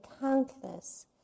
countless